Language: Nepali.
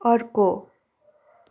अर्को